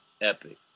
epic